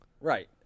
Right